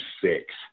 six